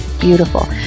beautiful